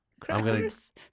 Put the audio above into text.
Crackers